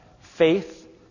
Faith